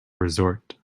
resort